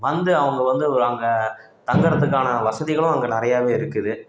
வந்து அவங்க வந்து அங்கே தங்கறதுக்கான வசதிகளும் அங்கே நிறையாவே இருக்குது